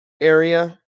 area